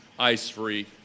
ice-free